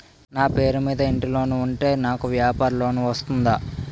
నా పేరు మీద ఇంటి లోన్ ఉంటే నాకు వ్యాపార లోన్ వస్తుందా?